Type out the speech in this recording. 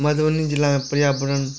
मधुबनी जिलामे पर्यावरण